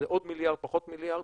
זה עוד מיליארד, פחות מיליארד.